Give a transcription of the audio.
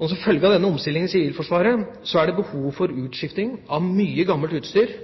Som følge av denne omstillingen i Sivilforsvaret er det behov for utskifting av mye gammelt utstyr,